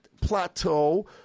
plateau